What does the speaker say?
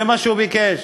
זה מה שהוא ביקש,